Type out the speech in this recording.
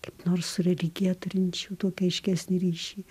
kaip nors su religija turinčių tokį aiškesnį ryšį